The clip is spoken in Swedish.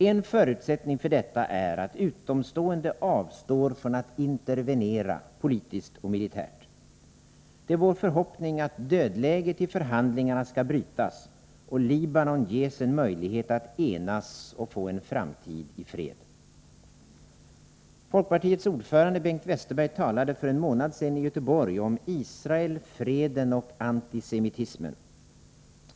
En förutsättning för detta är att utomstående avstår från att intervenera politiskt eller militärt. Det är vår förhoppning att dödläget i förhandlingarna skall brytas och Libanon ges en möjlighet att enas och få en framtid i fred. Folkpartiets ordförande, Bengt Westerberg, talade för en månad sedan i Göteborg om Israel, freden och antisemitismen.